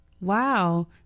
Wow